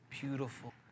beautiful